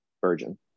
virgin